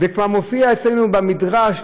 וכבר מופיע אצלנו במדרש,